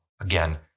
again